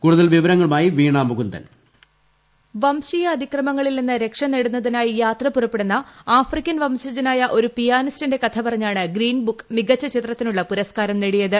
കൂടുതൽ വിവരങ്ങളുമായി വീണ മുകുന്ദൻ വോയിസ് വംശീയ അതിക്രമങ്ങളിൽ നിന്ന് രക്ഷ ന്റേട്ടുന്നതിനായി യാത്ര പുറപ്പെടുന്ന ആഫ്രിക്കൻ വംശജനായിരുടരു് പിയാനിസ്റ്റിന്റെ കഥ പറഞ്ഞാണ് ഗ്രീൻ ബുക്ക് മികച്ച് പുത്തിനുള്ള പുരസ്കാരം നേടിയത്